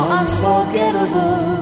unforgettable